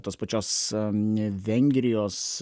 tos pačios vengrijos